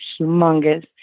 humongous